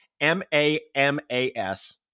M-A-M-A-S